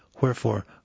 Wherefore